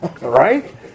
Right